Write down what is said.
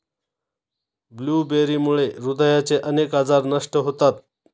ब्लूबेरीमुळे हृदयाचे अनेक आजार नष्ट होतात